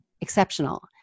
exceptional